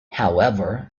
however